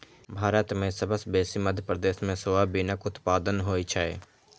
भारत मे सबसँ बेसी मध्य प्रदेश मे सोयाबीनक उत्पादन होइ छै